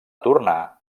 tornà